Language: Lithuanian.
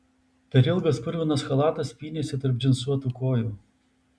per ilgas purvinas chalatas pynėsi tarp džinsuotų kojų